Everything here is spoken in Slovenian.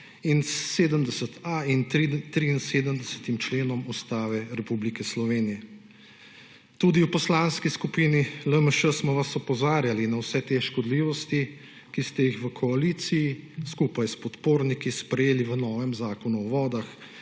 in 73. členom Ustave Republike Slovenije. Tudi v Poslanski skupini LMŠ smo vas opozarjali na vse te škodljivosti, ki ste jih v koaliciji, skupaj s podporniki, sprejeli v novem Zakonu o vodah,